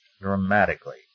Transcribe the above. dramatically